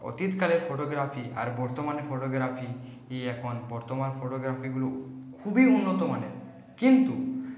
অতীতকালের photography আর বর্তমানে photography এই এখন বর্তমান ফটোগ্রাফিগুলো খুবই উন্নত মানের কিন্তু